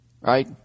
right